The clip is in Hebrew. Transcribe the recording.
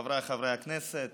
חבריי חברי הכנסת,